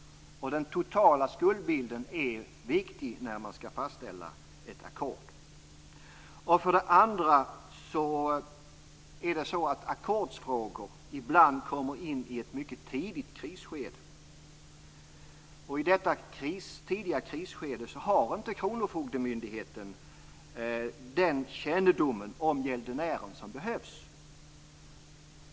Och den totala skuldbilden är viktig när man skall fastställa ett ackord. För det andra kommer ackordsfrågor ibland in i ett mycket tidigt krisskede. I detta tidiga krisskede har inte kronofogdemyndigheten den kännedom om gäldenären som behövs.